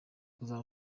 kuzaba